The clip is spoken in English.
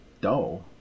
dull